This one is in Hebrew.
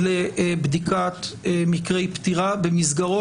לבדיקת מקרי פטירה במסגרות.